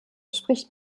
spricht